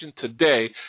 today